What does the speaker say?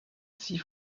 six